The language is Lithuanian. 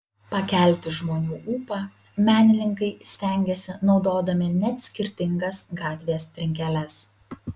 pakelti žmonių ūpą menininkai stengiasi naudodami net skirtingas gatvės trinkeles